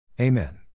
Amen